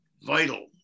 vital